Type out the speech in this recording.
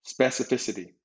specificity